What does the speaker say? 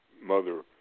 mother